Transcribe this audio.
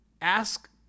ask